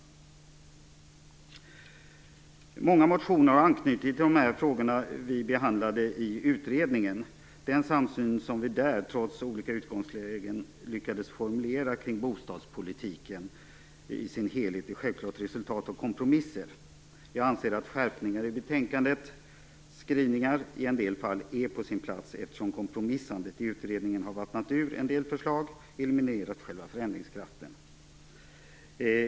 Många motioner har anknytning till de frågor som vi behandlade i utredningen. Den samsyn som vi där, trots olika utgångslägen, lyckades formulera kring bostadspolitiken i dess helhet är självklart ett resultat av kompromisser. Jag anser att skärpningar i betänkandets skrivningar i en del fall är på sin plats, eftersom kompromissandet i utredningen har vattnat ur en del förslag och eliminerat själva förändringskraften.